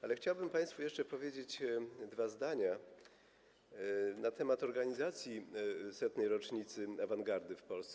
Ale chciałbym państwu jeszcze powiedzieć dwa zdania na temat organizacji setnej rocznicy awangardy w Polsce.